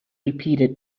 repeated